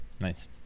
Nice